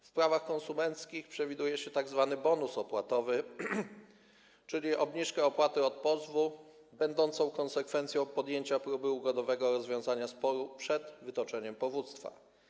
W prawach konsumenckich przewiduje się tzw. bonus opłatowy, czyli obniżkę opłaty od pozwu będącą konsekwencją podjęcia próby ugodowego rozwiązania sporu przed wytoczeniem powództwa.